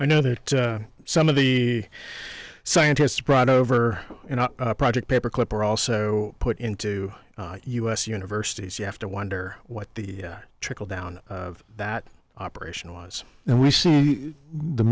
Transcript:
i know that some of the scientists brought over in project paperclip were also put into u s universities you have to wonder what the trickle down of that operation was and we see the